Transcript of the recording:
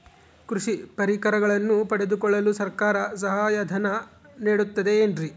ಕೃಷಿ ಪರಿಕರಗಳನ್ನು ಪಡೆದುಕೊಳ್ಳಲು ಸರ್ಕಾರ ಸಹಾಯಧನ ನೇಡುತ್ತದೆ ಏನ್ರಿ?